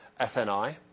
SNI